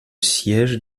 siège